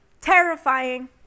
terrifying